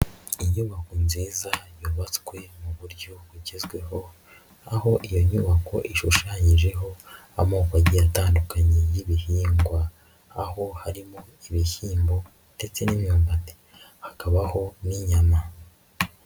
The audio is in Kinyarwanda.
Inyubako nziza yubatswe mu buryo bugezweho, aho iyo nyubako ishushanyijeho amoko atandukanye y'ibihingwa, aho harimo ibishyimbo ndetse n'imyumbati hakabaho n'inyama.